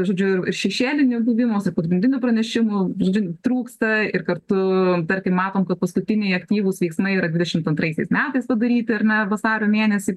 žodžiu ir šešėliniu buvimo su pagrindiniu pranešimu žodžiu trūksta ir kartu tarkim matom kad paskutiniai aktyvūs veiksmai yra dvidešimt antraisiais metais padaryti ar ne vasario mėnesį